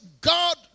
God